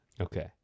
Okay